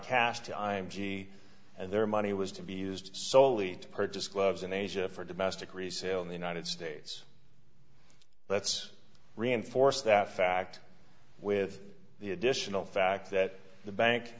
to i'm g and their money was to be used solely to purchase clubs in asia for domestic resale in the united states let's reinforce that fact with the additional fact that the bank